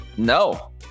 No